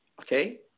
Okay